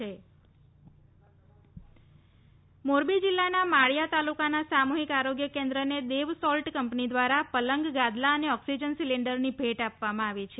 hospital સહાય મોરબી જિલ્લાના માળિયા તાલુકાના સામુહિક આરોગ્ય કેન્દ્રને દેવ સોલ્ટ કંપની દ્વારા પલંગ ગાદલા અને ઓક્સીજન સીલીન્ડરની ભેટ આપવામાં આવી છે